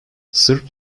sırp